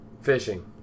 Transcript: Fishing